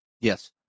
Yes